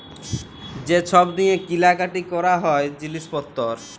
যে ছব দিঁয়ে কিলা কাটি ক্যরা হ্যয় জিলিস পত্তর